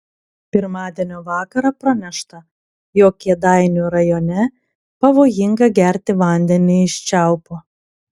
pirmadienio vakarą pranešta jog kėdainių rajone pavojinga gerti vandenį iš čiaupo